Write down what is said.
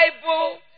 Bible